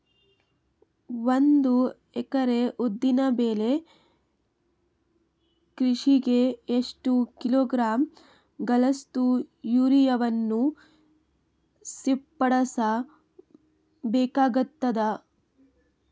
ಒಂದು ಎಕರೆ ಉದ್ದಿನ ಬೆಳೆ ಕೃಷಿಗೆ ಎಷ್ಟು ಕಿಲೋಗ್ರಾಂ ಗಳಷ್ಟು ಯೂರಿಯಾವನ್ನು ಸಿಂಪಡಸ ಬೇಕಾಗತದಾ?